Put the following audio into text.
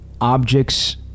objects